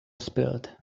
spilled